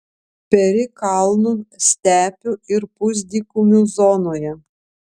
peri kalnų stepių ir pusdykumių zonoje